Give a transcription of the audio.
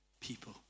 people